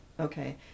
Okay